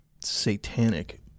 satanic